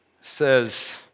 says